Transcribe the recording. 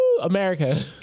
America